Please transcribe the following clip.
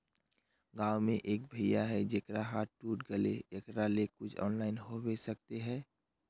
गाँव में एक भैया है जेकरा हाथ टूट गले एकरा ले कुछ ऑनलाइन होबे सकते है?